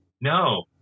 No